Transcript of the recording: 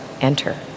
enter